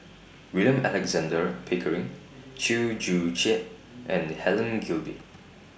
William Alexander Pickering Chew Joo Chiat and Helen Gilbey